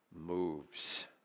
moves